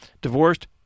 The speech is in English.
divorced